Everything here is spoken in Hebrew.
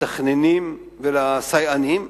למתכננים ולסייענים,